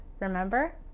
Remember